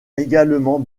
également